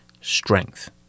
strength